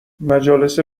مجالس